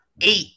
eight